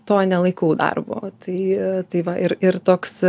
to nelaikau darbu o tai tai va ir ir toks